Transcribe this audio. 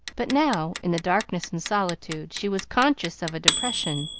but now, in the darkness and solitude, she was conscious of a depression,